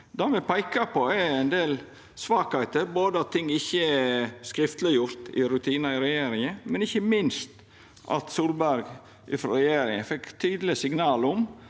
Det me peikar på, er ein del svakheiter, både at ting ikkje er skriftleggjorde gjennom rutinar i regjeringa, og ikkje minst at Solberg frå regjeringa fekk tydeleg signal om